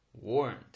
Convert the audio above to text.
Warned